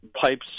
pipes